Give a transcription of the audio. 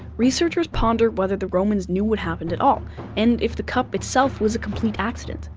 researches ponder whether the romans knew what happened at all and if the cup itself was a complete accident.